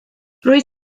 rwyt